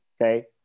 Okay